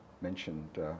mentioned